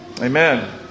Amen